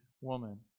woman